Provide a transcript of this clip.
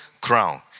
crown